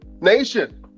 nation